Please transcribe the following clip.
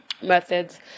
methods